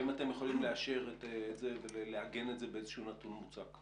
האם אתם יכולים לאשר את זה ולעגן את זה באיזשהו נתון מוצק?